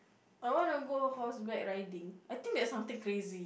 I want to go horseback riding I think that's something crazy